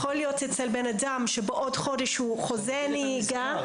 יכול להיות שאדם יחזור לנהוג בעוד חודש.